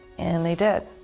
and they did.